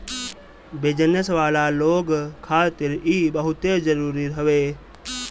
business वाला लोग खातिर इ बहुते जरुरी हवे